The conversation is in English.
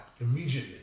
immediately